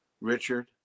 Richard